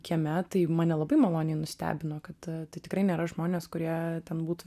kieme tai mane labai maloniai nustebino kad tai tikrai nėra žmonės kurie ten būtų